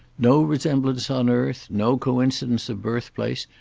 no resemblance on earth, no coincidence of birthplace,